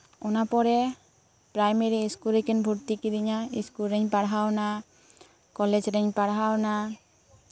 ᱚᱱᱟ ᱯᱚᱨᱮ primary school ᱨᱮᱠᱤᱱ ᱵᱷᱚᱨᱛᱤ ᱠᱟᱫᱤᱧᱟ ᱤᱥᱠᱩᱞ ᱨᱤᱧ ᱯᱟᱲᱦᱟᱣ ᱱᱟ ᱠᱚᱞᱮᱡᱽ ᱨᱤᱧ ᱯᱟᱲᱦᱟᱣ ᱱᱟ